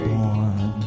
Born